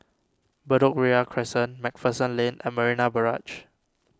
Bedok Ria Crescent MacPherson Lane and Marina Barrage